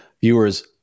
viewers